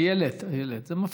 איילת, איילת, זה מפריע.